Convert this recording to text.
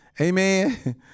Amen